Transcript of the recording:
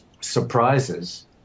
surprises